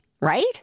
right